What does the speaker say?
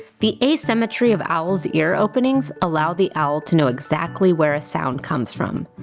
the asymmetry of owls' ear openings allows the owl to know exactly where a sound comes from.